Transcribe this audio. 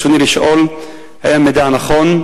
ברצוני לשאול: 1. האם המידע נכון?